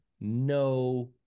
no